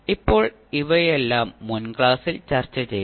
ഇപ്പോൾ ഇവയെല്ലാം മുൻ ക്ലാസ്സിൽ ചർച്ചചെയ്തു